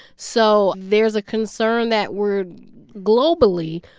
so there's a concern that we're globally,